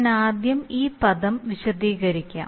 ഞാൻ ആദ്യം ഈ പദം വിശദീകരിക്കാം